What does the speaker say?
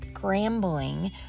scrambling